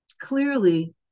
Clearly